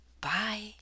Bye